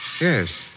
Yes